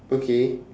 okay